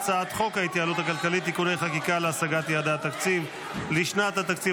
חוק ההתייעלות הכלכלית (תיקוני חקיקה להשגת יעדי התקציב לשנת התקציב